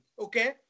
okay